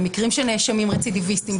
במקרים של נאשמים רצידיביסטיים,